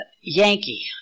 Yankee